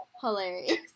Hilarious